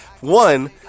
One